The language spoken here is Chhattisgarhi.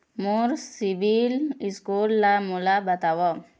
मोर सीबील स्कोर ला मोला बताव?